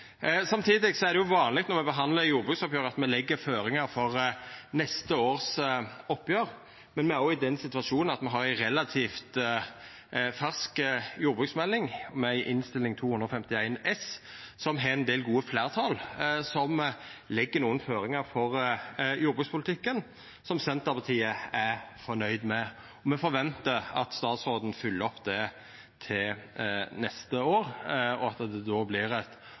er det vanleg at når me behandlar jordbruksoppgjeret, legg me føringar for neste års oppgjer, men me er i den situasjonen at me har ei relativt fersk jordbruksmelding, med Innst. 251 S for 2016–2017, som har ein del gode fleirtal som legg nokre føringar for jordbrukspolitikken, som Senterpartiet er fornøgd med. Me forventar at statsråden følgjer opp det til neste år, og at det då